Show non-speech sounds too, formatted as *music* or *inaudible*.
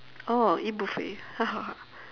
oh eat buffet *laughs*